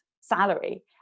salary